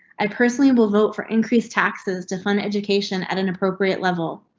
i personally will vote for increased taxes to fund education at an appropriate level.